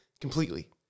completely